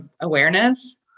awareness